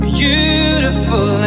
beautiful